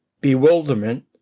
bewilderment